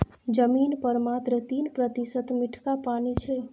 जमीन पर मात्र तीन प्रतिशत मीठका पानि छै